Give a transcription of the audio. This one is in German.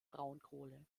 braunkohle